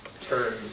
turn